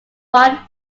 pine